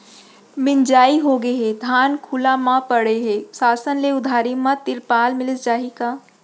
मिंजाई होगे हे, धान खुला म परे हे, शासन ले उधारी म तिरपाल मिलिस जाही का?